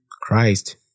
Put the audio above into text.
Christ